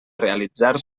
realitzar